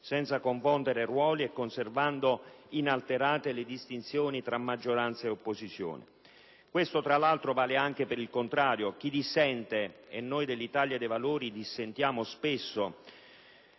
senza confondere ruoli e conservando inalterate le distinzioni tra maggioranza e opposizione. Questo, tra l'altro, vale anche per il contrario: chi dissente - e noi dell'Italia dei Valori dissentiamo spesso